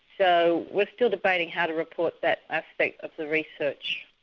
so we're still debating how to report that effect of the research,